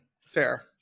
fair